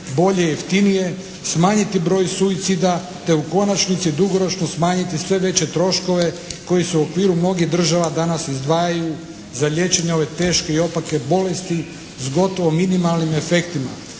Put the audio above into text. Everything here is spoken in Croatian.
bolje, jeftinije, smanjiti broj suicida te u konačnici dugoročno smanjiti sve veće troškove koji su okviru mnogih država danas izdvajaju za liječenje ove teške i opake bolesti s gotovo minimalnim efektima.